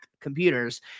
computers